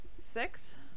six